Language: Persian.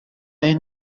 این